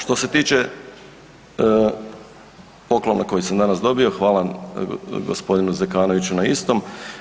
Što se tiče poklona koji sam danas dobio, hvala gospodinu Zekanoviću na istom.